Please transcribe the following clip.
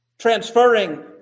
transferring